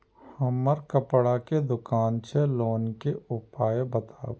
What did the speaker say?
हमर कपड़ा के दुकान छै लोन के उपाय बताबू?